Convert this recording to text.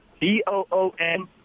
D-O-O-N